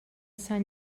sant